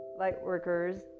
Lightworkers